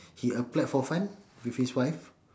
he applied for fun with his wife